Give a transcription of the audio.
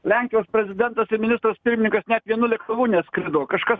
lenkijos prezidentas ministras pirmininkas net vienu lėktuvu neskrido kažkas